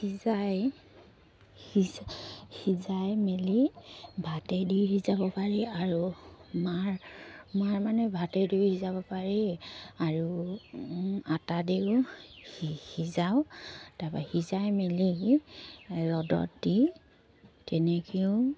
সিজাই সিজ সিজাই মেলি ভাতেদি সিজাব পাৰি আৰু মাৰ মাৰ মানে ভাতেদি সিজাব পাৰি আৰু আটা দিও সিজাওঁ তাৰপৰা সিজাই মেলি ৰ'দত দি তেনেকৈও